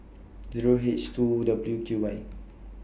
Zero H two W Q Y